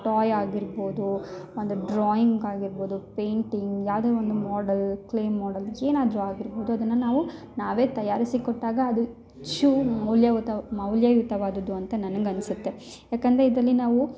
toy ಆಗಿರ್ಬೋದು ಒಂದು drawing ಆಗಿರ್ಬೋದು ಪೇಂಟಿಂಗ್ ಯಾವುದೇ ಒಂದು ಮಾಡೆಲ್ ಕ್ಲೇ ಮಾಡೆಲ್ ಏನಾದರು ಆಗಿರ್ಬೋದು ಅದನ್ನ ನಾವು ನಾವೇ ತಯಾರಿಸಿ ಕೊಟ್ಟಾಗ ಅದು ಚೂರು ಮೌಲ್ಯಯುತ ಮೌಲ್ಯಯುತವಾದದ್ದು ಅಂತ ನನ್ಗೆ ಅನ್ಸತ್ತೆ ಯಾಕಂದರೆ ಇದರಲ್ಲಿ ನಾವು